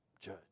Judge